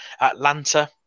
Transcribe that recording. Atlanta